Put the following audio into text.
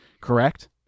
correct